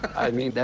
i mean,